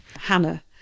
Hannah